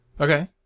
Okay